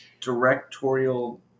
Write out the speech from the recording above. directorial